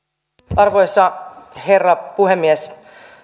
arvoisa herra puhemies kun